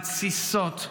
מתסיסות,